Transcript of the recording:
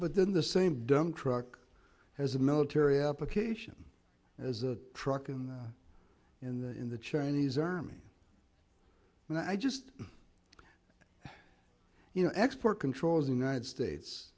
then the same dumb truck has a military application as a truck and in the in the chinese army and i just you know export control of the united states